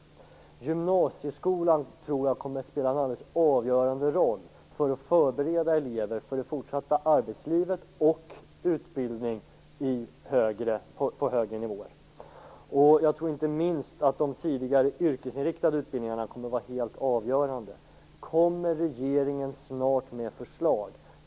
Jag tror att gymnasieskolan kommer att spela en alldeles avgörande roll för att förbereda elever för det fortsatta arbetslivet och utbildning på högre nivåer. Jag tror inte minst att de tidigare yrkesinriktade utbildningarna kommer att vara helt avgörande. Kommer regeringen snart med förslag?